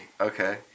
Okay